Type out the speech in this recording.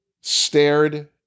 stared